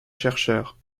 chercheurs